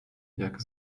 jak